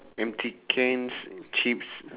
empty can's chips